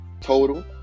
Total